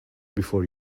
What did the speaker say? before